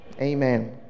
Amen